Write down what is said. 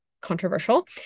controversial